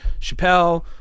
Chappelle